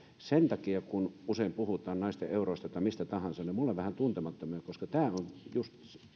sen takia kun usein puhutaan naisten euroista tai mistä tahansa ne ovat minulle vähän tuntemattomia koska tämä on juuri